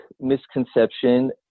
misconception